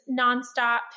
nonstop